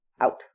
out